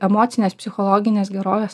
emocinės psichologinės gerovės